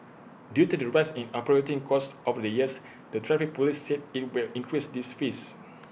due to the rise in operating costs over the years the traffic Police said IT will increase these fees